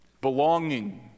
Belonging